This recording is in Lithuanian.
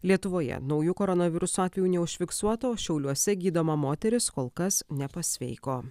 lietuvoje naujų koronaviruso atvejų neužfiksuota šiauliuose gydoma moteris kol kas nepasveiko